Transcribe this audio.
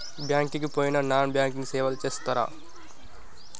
Bank కి పోయిన non banking సేవలు చేస్తరా?